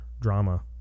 drama